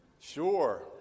Sure